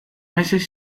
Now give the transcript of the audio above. meses